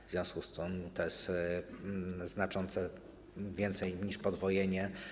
W związku z tym to jest znacząco więcej niż podwojenie.